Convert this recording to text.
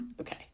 okay